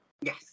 Yes